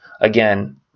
Again